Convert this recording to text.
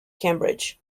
cambridge